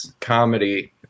comedy